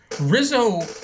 Rizzo